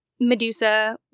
Medusa